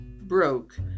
broke